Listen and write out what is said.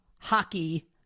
hockey